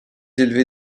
élevé